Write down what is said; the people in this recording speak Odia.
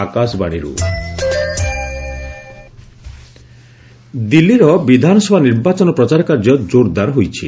ପିଏମ୍ ର୍ୟାଲି ଦିଲ୍ଲୀର ବିଧାନସଭା ନିର୍ବାଚନ ପ୍ରଚାର କାର୍ଯ୍ୟ ଜୋରଦାର ହୋଇଛି